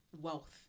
wealth